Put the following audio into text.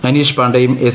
അനീഷ് പാണ്ടെയും എസ്